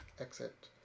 exit